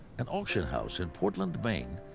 an auction house in portland, maine,